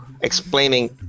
explaining